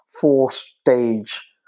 four-stage